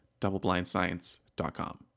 doubleblindscience.com